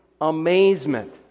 amazement